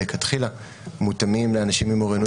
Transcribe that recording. מלכתחילה מותאמים לאנשים עם אוריינות